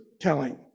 telling